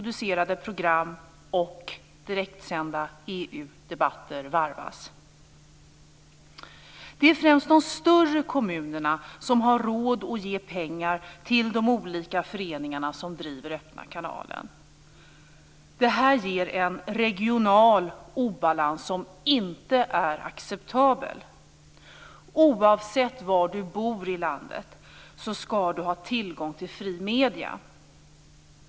Det är främst de större kommunerna som har råd att ge pengar till de olika föreningar som driver Öppna kanalen. Det här ger en regional obalans som inte är acceptabel. Oavsett var man bor i landet ska man ha tillgång till fria medier.